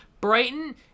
Brighton